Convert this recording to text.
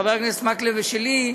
לחבר הכנסת מקלב ולי,